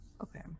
Okay